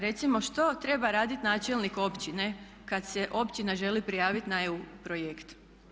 Recimo što treba raditi načelnik općine kada se općina želi prijaviti na EU projekt.